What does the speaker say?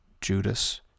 Judas